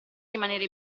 rimanere